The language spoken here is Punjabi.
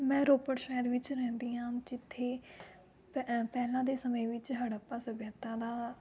ਮੈਂ ਰੋਪੜ ਸ਼ਹਿਰ ਵਿੱਚ ਰਹਿੰਦੀ ਹਾਂ ਜਿੱਥੇ ਪਹਿ ਪਹਿਲਾਂ ਦੇ ਸਮੇਂ ਵਿੱਚ ਹੜੱਪਾ ਸੱਭਿਅਤਾ ਦਾ